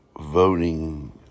voting